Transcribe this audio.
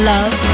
Love